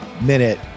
minute